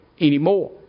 anymore